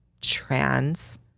trans